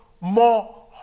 more